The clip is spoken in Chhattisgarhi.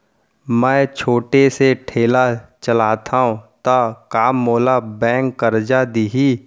मैं छोटे से ठेला चलाथव त का मोला बैंक करजा दिही?